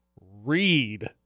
read